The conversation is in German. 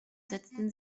setzte